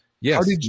Yes